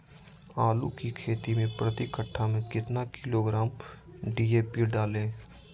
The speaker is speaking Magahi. आलू की खेती मे प्रति कट्ठा में कितना किलोग्राम डी.ए.पी डाले?